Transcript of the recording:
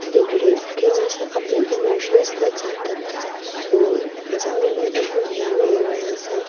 बिघडेल किंवा असे आपले इमोशन्स त्यात जातात सो माझा अनुभव की वेगवेगळा असा